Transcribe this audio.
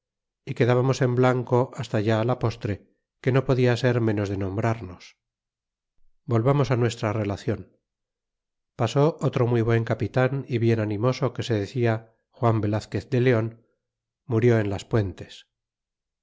é quedábamos en blanco basta ya la postre que no podia ser menos de nombrarnos volvamos á nuestra relacion pasó otro muy buen capitan y bien animoso que se decia juan velazquez de leon murió en las puentes